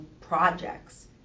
projects